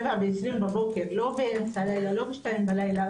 זה קרה בבוקר, לא באמצע הלילה, לא בשתיים בלילה.